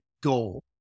goal